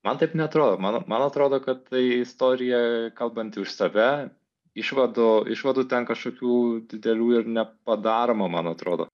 man taip neatrodo man atrodo kad tai istorija kalbanti už save išvadų išvadų ten kažkokių didelių ir nepadaroma man atrodo